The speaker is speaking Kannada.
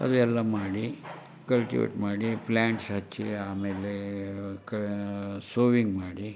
ಅದೆಲ್ಲ ಮಾಡಿ ಕಲ್ಟಿವೇಟ್ ಮಾಡಿ ಪ್ಲ್ಯಾಂಟ್ಸ್ ಹಚ್ಚಿ ಆಮೇಲೆ ಕ ಸೋವಿಂಗ್ ಮಾಡಿ